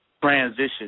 transition